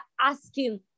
asking